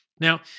Now